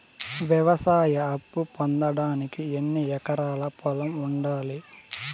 వ్యవసాయ అప్పు పొందడానికి ఎన్ని ఎకరాల పొలం ఉండాలి?